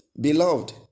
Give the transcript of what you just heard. Beloved